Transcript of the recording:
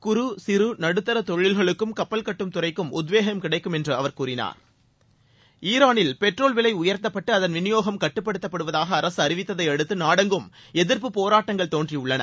குறு சிறு நடுத்தர தொழில்களுக்கும் கப்பல் கட்டும் துறைக்கும் உத்வேகம் கிடைக்கும் என்று அவர் கூறினார் ஈரானில் பெட்ரோல் விலை உயர்த்தப்பட்டு அதன் விநியோகம் கட்டுப்படுத்தப்படுவதாக அரசு அறிவித்ததையடுத்து நாடெங்கும் எதிர்ப்பு போராட்டங்கள் தோன்றியுள்ளன